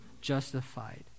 justified